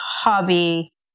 hobby